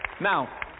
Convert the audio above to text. Now